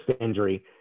injury